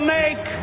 make